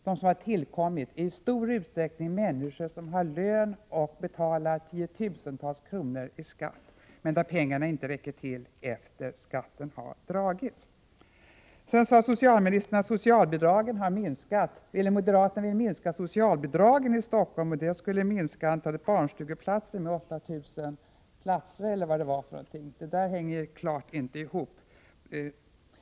De som har tillkommit är i stor utsträckning människor som har lön och betalar tiotusentals kronor i skatt, men för vilka pengarna inte räcker till efter det att skatten har dragits. Socialministern sade att moderaterna vill minska socialbidragen i Stockholm och att detta skulle minska antalet barnstugeplatser med 8 000 platser eller något sådant. Detta hänger klart inte ihop.